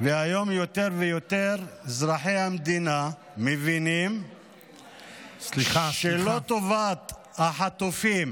והיום יותר ויותר אזרחי המדינה מבינים שלא טובת החטופים